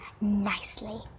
nicely